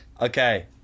Okay